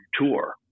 tour